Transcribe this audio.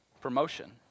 promotion